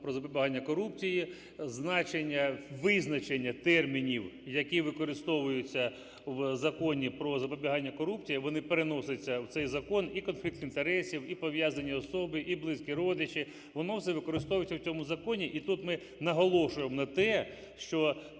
про запобігання корупції, значення… визначення термінів, які використовуються в Законі про запобігання корупції, вони переносяться в цей закон: і конфлікт інтересів, і пов'язані особи, і близькі родичі, воно все використовується в цьому законі. І тут ми наголошуємо на те, що